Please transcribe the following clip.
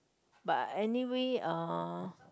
but anyway uh